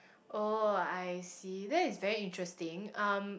oh I see that is very interesting um